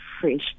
fresh